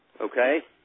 Okay